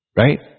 right